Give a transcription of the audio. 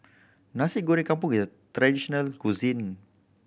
Nasi Goreng Kampung is a traditional cuisine